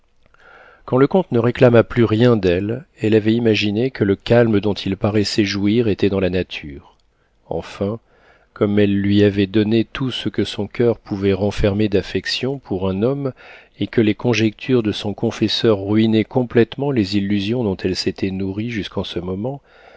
quand le comte ne réclama plus rien d'elle elle avait imaginé que le calme dont il paraissait jouir était dans la nature enfin comme elle lui avait donné tout ce que son coeur pouvait renfermer d'affection pour un homme et que les conjectures de son confesseur ruinaient complétement les illusions dont elle s'était nourrie jusqu'en ce moment